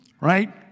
right